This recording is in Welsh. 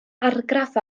argraff